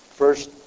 first